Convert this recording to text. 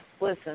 listen